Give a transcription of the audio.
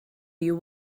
you